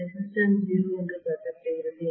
resistance 0 என்று கருதப்படுகிறது